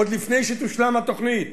עוד לפני שתושלם התוכנית,